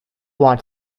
want